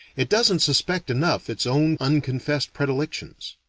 it doesn't suspect enough its own unconfessed predilections.